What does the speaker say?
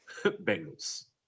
Bengals